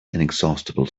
inexhaustible